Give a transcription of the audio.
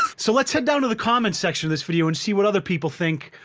so let's head down to the comments section this video and see what other people think